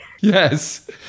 Yes